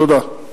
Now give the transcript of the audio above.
תודה.